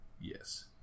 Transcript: Yes